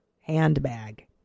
handbag